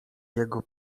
jego